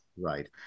Right